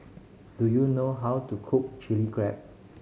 do you know how to cook Chili Crab